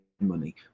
money